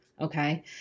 Okay